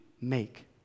make